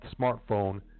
smartphone